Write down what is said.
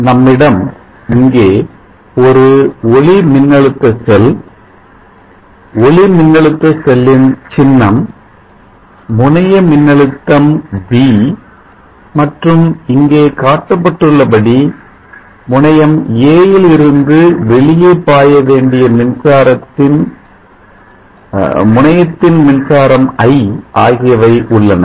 நம்மிடம் இங்கே ஒரு ஒளிமின்னழுத்த செல் ஒளி மின்னழுத்த செல்லின் சின்னம் முனைய மின்னழுத்தம் v மற்றும் இங்கே காட்டப்பட்டுள்ள படி முனையம் 'a' ல் இருந்து வெளியே பாயவேண்டிய முனையத்தின் மின்சாரம் i ஆகியவை உள்ளன